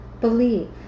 believe